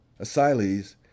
asylees